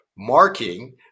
marking